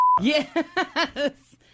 Yes